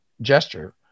gesture